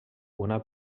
una